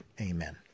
Amen